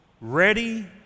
ready